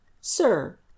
sir